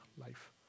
life